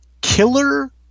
Killer